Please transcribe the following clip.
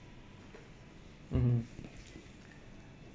mmhmm